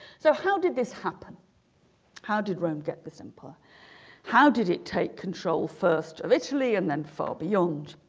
so how did this happen how did rome get this empire how did it take control first of italy and then far beyond